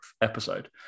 episode